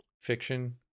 fiction